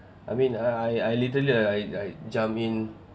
I mean I I I literally like like jump in